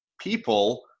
people